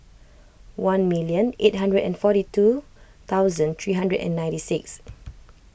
one million eight hundred and forty two thousand three hundred and ninety six